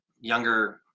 younger